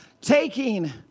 taking